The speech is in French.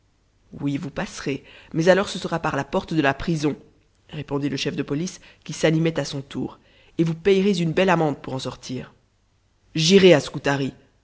oui vous passerez mais alors ce sera par la porte de la prison répondit le chef de police qui s'animait à son tour et vous payerez une belle amende pour en sortir j'irai à